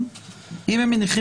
ההנחה